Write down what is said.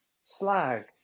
slag